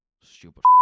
Stupid